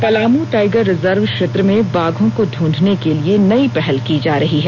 Palamu tiger reserve क्षेत्र में बाघों को ढूढ़ने के लिए नई पहल की जा रही है